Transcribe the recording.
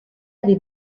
adi